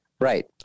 Right